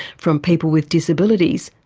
from people with disabilities,